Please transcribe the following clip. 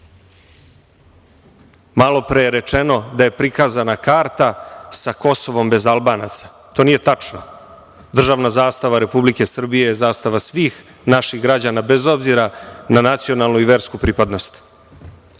pre je rečeno da je prikazana karta sa Kosovom bez Albanaca. To nije tačno. Državna zastava Republike Srbije je zastava svih naših građana, bez obzira na nacionalnu i versku pripadnost.